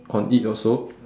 on it also